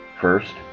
First